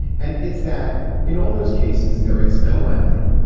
and it's that in all those cases there is calamity.